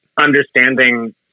understanding